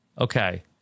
Okay